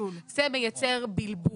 זה מייצר בלבול,